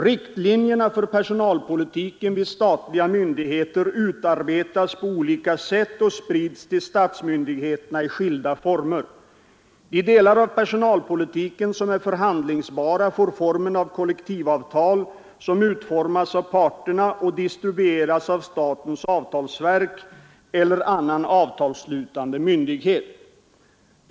Riktlinjerna för personalpolitiken vid statliga myndigheter utarbetas på olika sätt och sprids till statsmyndigheterna i skilda former. De delar av personalpolitiken som är förhandlingsbara får formen av kollektivavtal som utformas av parterna och distribueras av statens avtalsverk eller annan avtalsslutande myndighet.